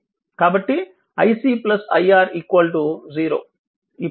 కాబట్టి iC iR 0